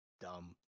dumb